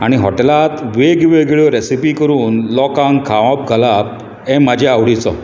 आनी हॉटेलांत वेगवेगळ्यो रेसिपी करून लोकांक खावंक घालप हें म्हजे आवडीचो